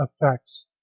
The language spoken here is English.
effects